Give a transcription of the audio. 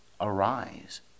Arise